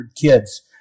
kids